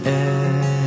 end